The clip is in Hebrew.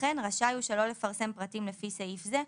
וכן רשאי הוא שלא לפרסם פרטים לפי סעיף זה,